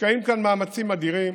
מושקעים כאן מאמצים אדירים.